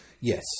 yes